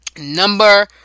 Number